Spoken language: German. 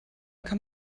kann